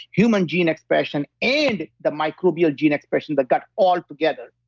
human gene expression, and the microbial gene expression that got all together.